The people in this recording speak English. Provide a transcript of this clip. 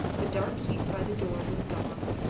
the dark heap by the door was gone.